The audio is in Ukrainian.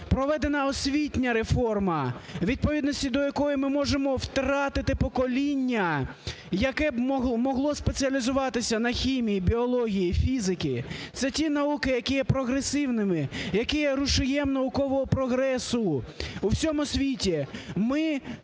проведена освітня реформа, у відповідності до якої ми можемо втратити покоління, яке могло б спеціалізуватися на хімії, біології, фізики. Це ті науки, які є прогресивними, які є рушієм наукового прогресу у всьому світі.